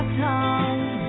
tongue